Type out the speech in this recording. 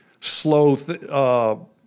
slow